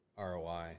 ROI